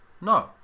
no